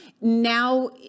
now